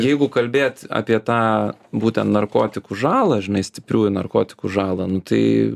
jeigu kalbėt apie tą būtent narkotikų žalą žinai stipriųjų narkotikų žalą nu tai